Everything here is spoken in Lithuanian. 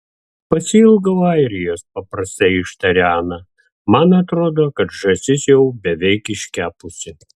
pasiilgau airijos paprastai ištarė ana man atrodo kad žąsis jau beveik iškepusi